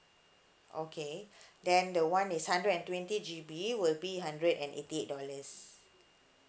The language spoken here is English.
okay then the one is hundred and twenty G_B will be hundred and eighty eight dollars